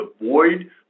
Avoid